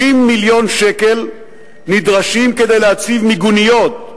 30 מיליון שקל נדרשים כדי להציב להם מיגוניות,